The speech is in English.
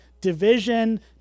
division